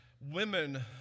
women